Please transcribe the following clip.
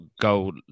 go